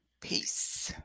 peace